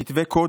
כתבי קודש,